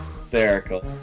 hysterical